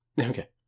Okay